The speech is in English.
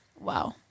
Wow